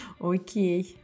Okay